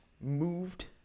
moved